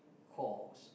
cores